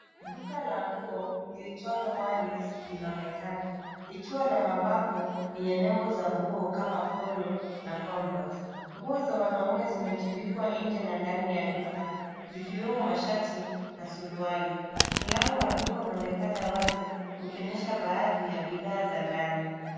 Duka la nguo liitwalo, manix, linaonekana likiwa na mabango yenye nembo za nguo kama polo na converse. Nguo za wanaume zimetundikwa nje na ndani ya duka zikiwemo mashati na suruali. Mlango wa duka unaonekana wazi, ukionyesha baadhi ya bidhaa za ndani.